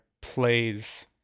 plays